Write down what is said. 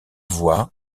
voie